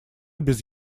без